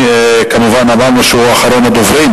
אמרנו שהוא אחרון הדוברים.